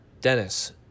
dennis